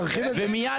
תרחיב את זה,